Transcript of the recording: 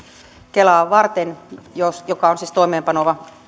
kelaa varten joka on siis toimeenpaneva